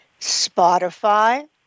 Spotify